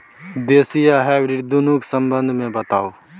देसी आ हाइब्रिड दुनू के संबंध मे बताऊ?